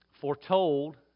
foretold